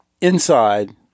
inside